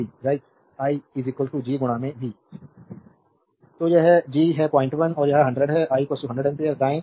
slide time देखें 2734 तो यह G है 01 और यह 100 है i 10 एम्पीयर दाएं